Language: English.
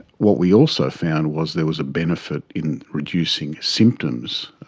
what we also found was there was a benefit in reducing symptoms,